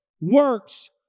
Works